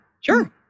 Sure